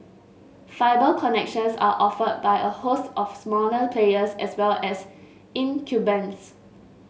fibre connections are offered by a host of smaller players as well as incumbents